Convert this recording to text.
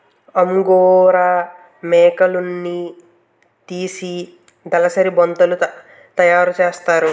angora మేకలున్నితీసి దలసరి బొంతలు తయారసేస్తారు